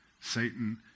Satan